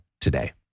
today